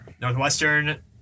Northwestern